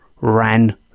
ran